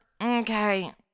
Okay